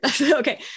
Okay